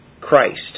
Christ